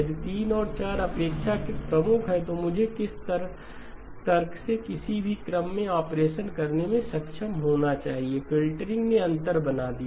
यदि 3 और 4 अपेक्षाकृत प्रमुख हैं तो मुझे किस तर्क से किसी भी क्रम में ऑपरेशन करने में सक्षम होना चाहिए फ़िल्टरिंग ने अंतर बना दिया